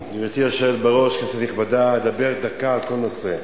בראש, כנסת נכבדה, אדבר דקה על כל נושא,